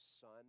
son